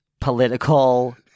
political